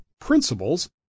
principles